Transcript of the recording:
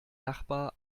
nachbar